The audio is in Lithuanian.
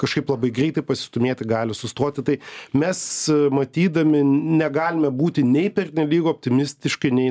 kažkaip labai greitai pasistūmėti gali sustoti tai mes matydami negalime būti nei pernelyg optimistiškai nei